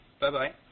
Bye-bye